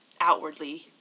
outwardly